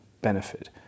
benefit